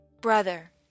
Brother